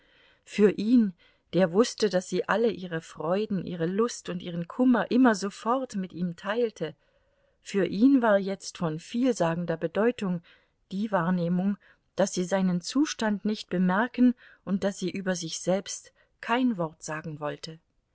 für ihn der wußte daß sie alle ihre freuden ihre lust und ihren kummer immer sofort mit ihm teilte für ihn war jetzt von vielsagender bedeutung die wahrnehmung daß sie seinen zustand nicht bemerken und daß sie über sich selbst kein wort sagen wollte